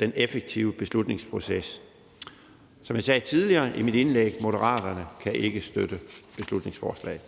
den effektive beslutningsproces. Som jeg sagde tidligere i mit indlæg: Moderaterne kan ikke støtte beslutningsforslaget.